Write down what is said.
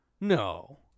No